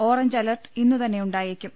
orange alert ഇന്നുതന്നെ ഉണ്ടായേക്കും